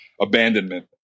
abandonment